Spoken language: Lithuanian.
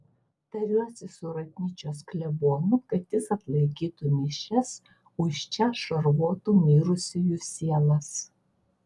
tariuosi su ratnyčios klebonu kad jis atlaikytų mišias už čia šarvotų mirusiųjų sielas